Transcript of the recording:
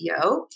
CEO